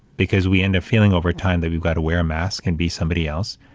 because we end up feeling, over time, that we've got to wear a mask and be somebody else.